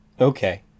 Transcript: Okay